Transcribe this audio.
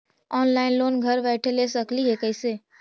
Online loan घर बैठे ले सकली हे, कैसे?